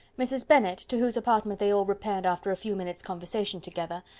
mrs. bennet, to whose apartment they all repaired, after a few minutes' conversation together,